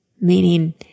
meaning